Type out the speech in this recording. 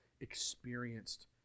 experienced